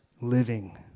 living